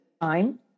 time